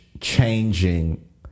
changing